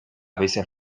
veces